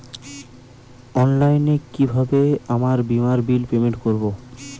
অনলাইনে কিভাবে আমার বীমার বিল পেমেন্ট করবো?